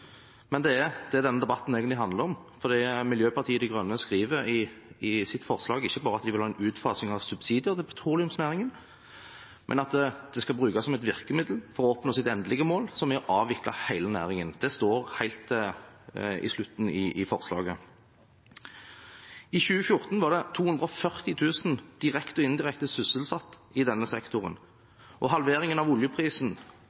men det er det denne debatten egentlig handler om, for Miljøpartiet De Grønne skriver i sitt forslag ikke bare at de vil ha en utfasing av subsidier til petroleumsnæringen, men at dette skal brukes som et virkemiddel for å oppnå det endelige målet, som er å avvikle hele næringen. Det står helt på slutten av forslaget. I 2014 var 240 000 direkte og indirekte sysselsatt i denne